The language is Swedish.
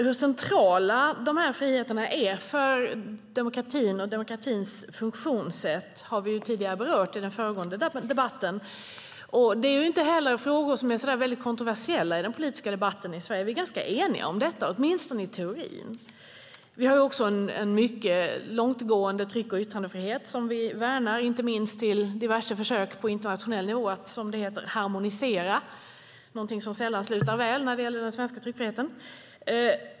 Hur centrala dessa friheter är för demokratin och demokratins funktionssätt har vi berört i den föregående debatten. Det är inte heller frågor som är särskilt kontroversiella i den politiska debatten i Sverige. Vi är ganska eniga om detta, åtminstone i teorin. Vi har också en mycket långtgående tryck och yttrandefrihet som vi värnar inte minst i förhållande till diverse försök på internationell nivå att, som det heter, harmonisera - något som sällan slutar väl när det gäller den svenska tryckfriheten.